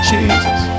Jesus